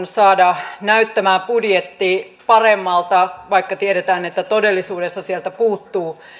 saada näyttämään budjetti paremmalta vaikka tiedetään että todellisuudessa sieltä puuttuu